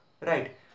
Right